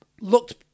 looked